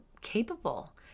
capable